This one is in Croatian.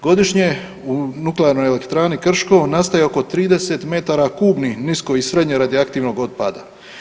Godišnje u Nuklearni elektrani Krško nastaje oko 30 metara kubnih nisko i srednje radioaktivnog otpada.